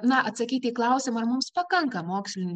na atsakyti į klausimą ar mums pakanka mokslinių